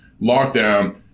lockdown